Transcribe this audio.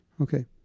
Okay